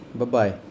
Bye-bye